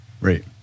right